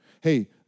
Hey